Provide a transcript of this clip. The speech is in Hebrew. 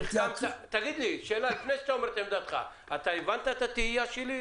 לפני שאתה אומר את עמדתך, האם הבנת את התהייה שלי?